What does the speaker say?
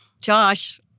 Josh